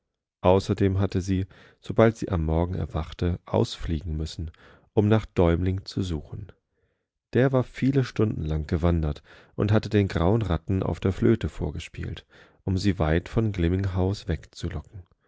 außerdem hatte sie sobald sie am morgen erwachte ausfliegen müssen um nach däumling zu suchen der war viele stunden lang gewandert und hatte den grauen ratten auf der flöte vorgespielt um sie weit von glimminghaus wegzulocken